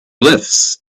glyphs